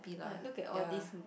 like look at all these m~